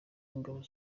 w’ingabo